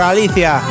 Alicia